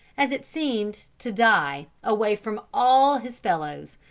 as it seemed, to die, away from all his fellows,